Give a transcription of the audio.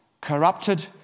corrupted